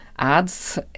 ads